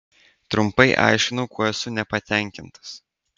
trumpai aiškinau kuo esu nepatenkintas